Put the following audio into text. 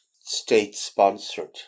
state-sponsored